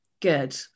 good